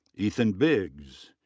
ethan biggs.